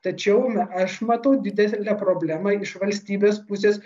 tačiau m aš matau didelę problemą iš valstybės pusės